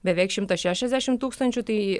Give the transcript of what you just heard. beveik šimtas šešiasdešimt tūkstančių tai